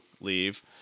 leave